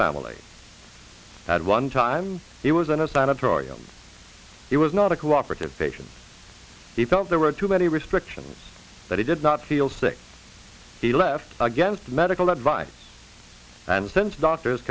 family at one time it was in a sign a terrarium it was not a cooperative patient he felt there were too many restrictions that he did not feel sick he left against medical advice and since doctors